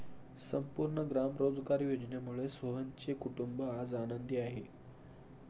संपूर्ण ग्राम रोजगार योजनेमुळे सोहनचे कुटुंब आज आनंदी आहे